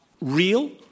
real